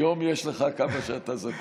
היום יש לך כמה שאתה זקוק.